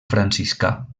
franciscà